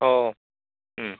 ओ